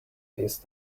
these